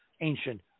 ancient